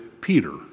Peter